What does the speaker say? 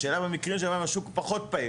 השאלה היא לגבי המקרים שבהם השוק פחות פעיל.